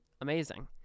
amazing